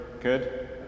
good